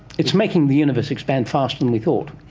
it's making the universe expand faster than we thought.